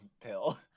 pill